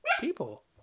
people